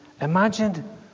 Imagine